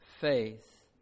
faith